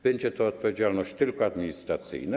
Będzie to odpowiedzialność tylko administracyjna.